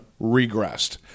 regressed